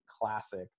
classic